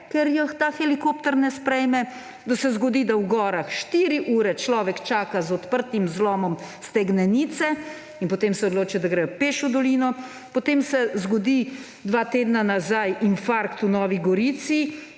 ker je ta helikopter ne sprejme; da se zgodi, da v gorah štiri ure človek čaka z odprtim zlomom stegnenice in potem se odločijo, da gredo peš v dolino. Potem se zgodi dva tedna nazaj infarkt v Novi Gorici,